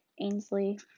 Ainsley